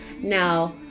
Now